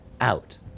out